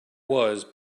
was